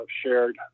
shared